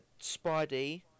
Spidey